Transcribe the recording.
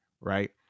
right